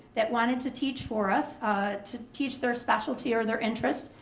that wanted to teach for us to teach their specialty or their interest.